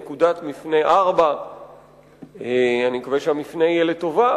"נקודת מפנה 4". אני מקווה שהמפנה יהיה לטובה,